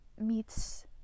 meets